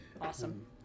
Awesome